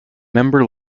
member